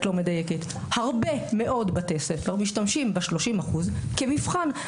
לא מדייקת" הרבה מאוד בתי ספר משתמשים ב-30% כמבחן.